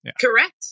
Correct